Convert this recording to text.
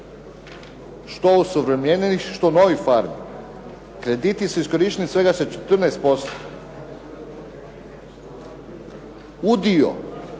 Što osuvremenjenih, što novih farmi. Krediti su iskorišteni svega sa 14%. Udio